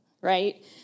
right